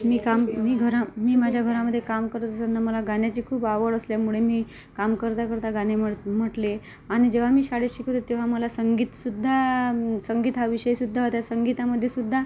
मी काम मी घरा मी माझ्या घरामधे काम करत असताना मला गाण्याची खूप आवड असल्यामुळे मी काम करता करता गाणे म्हट् म्हटले आणि जेव्हा मी शाळेत शिकत होती तेव्हा मला संगीतसुद्धा संगीत हा विषयसुद्धा होता संगीतामध्ये सुद्धा